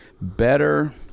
better